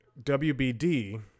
WBD